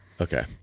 okay